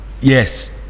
Yes